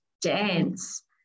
dance